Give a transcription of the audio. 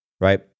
right